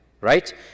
right